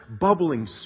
bubbling